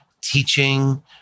teaching